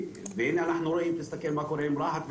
הנה אנחנו רואים, תראה מה קורה עם רהט.